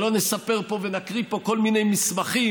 ולא נספר פה ונקריא פה כל מיני מסמכים